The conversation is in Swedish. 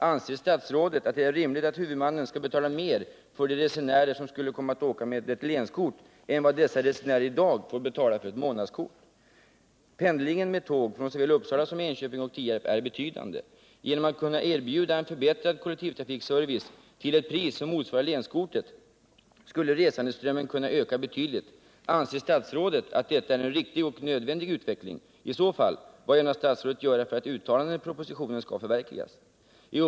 Anser statsrådet att det är rimligt att huvudmannen skall betala mer för de resenärer som skulle komma att åka med ett länskort än vad dessa resenärer i dag får betala för ett månadskort? Pendlingen med tåg från såväl Uppsala som Enköping och Tierp är betydande. Genom en förbättrad kollektivtrafikservice till ett pris som motsvarar länskortet skulle resandeströmmen kunna öka betydligt. Anser statsrådet att detta är en riktig och nödvändig utveckling? I så fall: Vad ämnar statsrådet göra för att uttalandena i proposition 1977/78:92 skall kunna förverkligas?